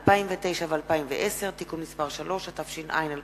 2009 ו-2010) (תיקון מס' 3), התש"ע 2010,